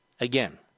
again